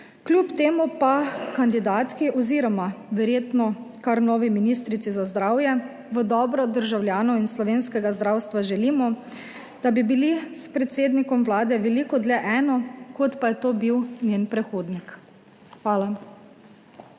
Kljub temu pa kandidatki oziroma verjetno kar novi ministrici za zdravje v dobro državljanov in slovenskega zdravstva želimo, da bi bili s predsednikom Vlade veliko dlje eno, kot pa je to bil njen predhodnik. Hvala.